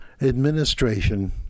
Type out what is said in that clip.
administration